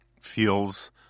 feels